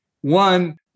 One